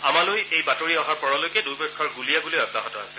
আমালৈ এই বাতৰি অহাৰ পৰলৈকে দুয়োপক্ষৰ গুলীয়াগুলী অব্যাহত আছে